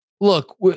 look